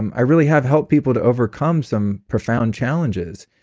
i really have helped people to overcome some profound challenges,